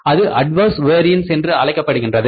இது adverse variance என்று அழைக்கப்படுகின்றது